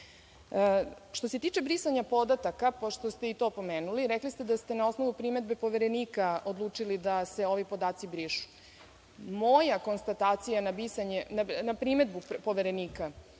se tiče brisanja podataka, pošto ste i to pomenuli, rekli ste da ste na osnovu primedbe Poverenika odlučili da se ovi podaci brišu. Moja konstatacija vezana